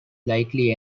likely